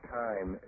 time